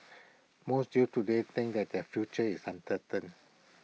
most youths today think that their future is uncertain